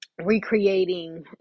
Recreating